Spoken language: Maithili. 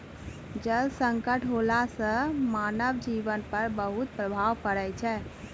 जल संकट होला सें मानव जीवन पर बहुत प्रभाव पड़ै छै